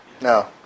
No